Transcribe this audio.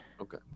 okay